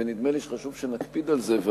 ונדמה לי שחשוב שנקפיד על זה.